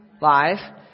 life